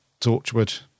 Torchwood